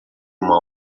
uma